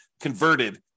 converted